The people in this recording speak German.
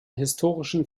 historischen